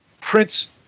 Prince